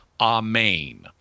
amen